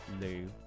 Lou